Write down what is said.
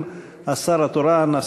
אם השר התורן,